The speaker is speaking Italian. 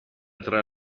tra